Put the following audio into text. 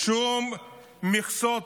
שום מכסות.